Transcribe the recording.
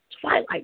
Twilight